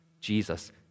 Jesus